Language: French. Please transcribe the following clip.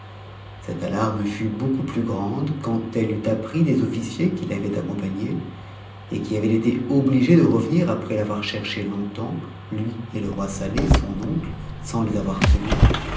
cette alarme fut beaucoup plus grande quand elle eut appris des officiers qui l'avaient accompagne et qui avaient été obligés de revenir après l'avoir cherché longtemps ni et le roi saleh son oncle sans les avoir trouvés